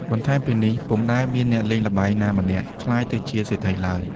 បន្ថែមពីនេះ ពុំដែលមានអ្នកលេងល្បែងណាម្នាក់ក្លាយទៅជាសេដ្ឋីឡើយ ។